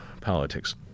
politics